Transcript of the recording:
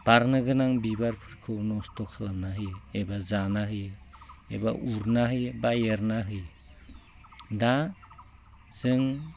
बारनो गोनां बिबारफोरखौ नस्त' खालामना होयो एबा जाना होयो एबा उरना होयो बा एरना होयो दा जों